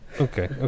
okay